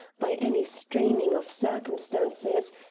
by any straining of circumstances,